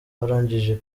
barangije